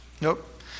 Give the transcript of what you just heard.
Nope